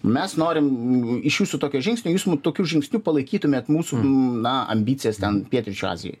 mes norim iš jūsų tokio žingsnio jūs tokiu žingsniu palaikytumėt mūsų na ambicijas ten pietryčių azijoj